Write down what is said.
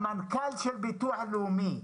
המנכ"ל של ביטוח לאומי,